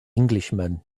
englishman